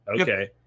Okay